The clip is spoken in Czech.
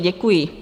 Děkuji.